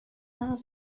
are